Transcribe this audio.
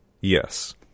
Yes